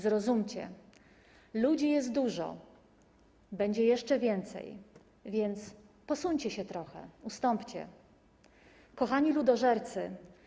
Zrozumcie/ Ludzi jest dużo/ będzie jeszcze więcej/ więc posuńcie się trochę/ Ustąpcie// Kochani ludożercy/